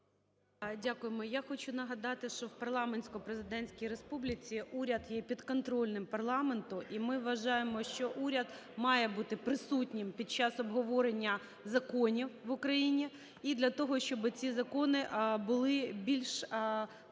Я хочу нагадати, що в парламентсько-президентський республіці уряд є підконтрольним парламенту. І ми вважаємо, що уряд має бути присутнім під час обговорення законів в Україні, і для того, щоби ці закони були більш комплексними.